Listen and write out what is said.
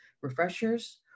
refreshers